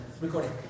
recording